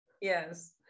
Yes